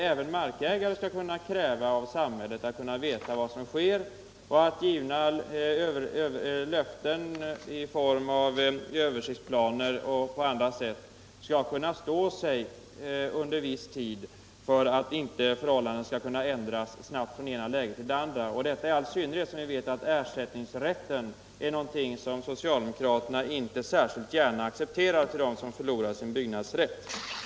Även markägare skall kunna kräva av samhället att bli informerade om vad som sker och att givna löften i form av t.ex. översiktsplaner skall kunna stå sig under viss tid, så att inte förhållandena ändras snabbt från det ena läget till det andra. Detta gäller i all synnerhet som vi vet att socialdemokraterna inte är benägna att acceptera kravet på ersättning åt dem som förlorar sin byggnadsrätt.